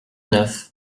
neuf